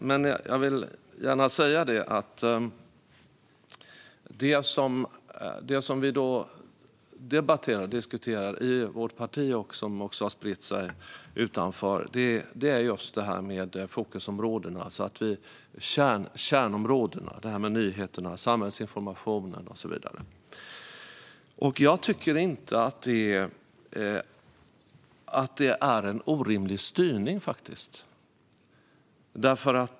Det som vi debatterar och diskuterar i vårt parti och som har spritt sig är just kärnområdena, det här med nyheter, samhällsinformation och så vidare. Jag tycker faktiskt inte att det är en orimlig styrning.